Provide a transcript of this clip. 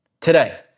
today